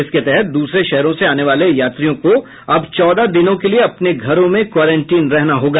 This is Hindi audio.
इसके तहत द्रसरे शहरों से आने वाले यात्रियों को अब चौदह दिनों के लिए अपने घरों में क्वारेंटीन रहना होगा